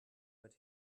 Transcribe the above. but